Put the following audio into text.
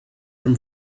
from